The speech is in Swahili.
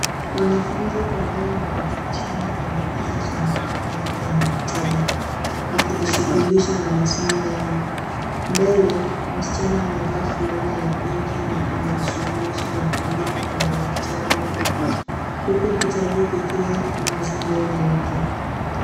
Wanafunzi kadhaa wamejikusanya kwenye meza za mbao ndani ya maktaba wakijishughulisha na masomo yao. Mbele msichana amevaa fulana ya pinki na anajishughulisha na kuandika kwenye daftari lake huku kitabu kikiwa wazi mbele yake.